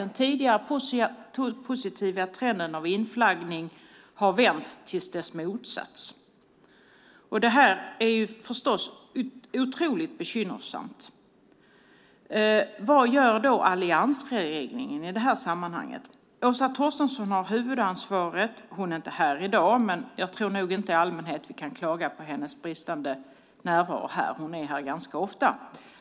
Den tidigare positiva trenden av inflaggning har vänt till dess motsats, och det är förstås otroligt bekymmersamt. Vad gör då alliansregeringen i det här sammanhanget? Åsa Torstensson har huvudansvaret. Hon är inte här i dag, men jag tror nog inte att vi i allmänhet kan klaga på hennes närvaro här. Hon är här ganska ofta.